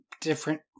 different